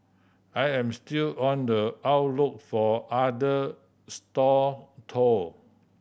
I am still on the outlook for other stall though